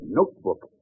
notebook